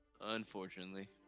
Unfortunately